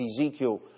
Ezekiel